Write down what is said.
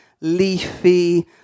leafy